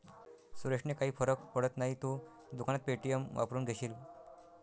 सुरेशने काही फरक पडत नाही, तू दुकानात पे.टी.एम वापरून घेशील